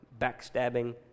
backstabbing